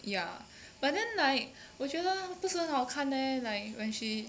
ya but then like 我觉得不是很好看 leh like when she